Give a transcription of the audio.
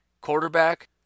quarterback